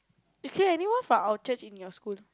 actually anyone from our church in your school